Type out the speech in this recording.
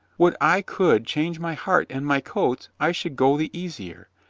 would i could change my heart and my coats, i should go the easier.